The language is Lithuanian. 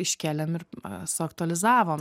iškėlėm ir suaktulizavom